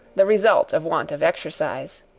the result of want of exercise.